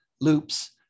loops